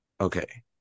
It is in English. Okay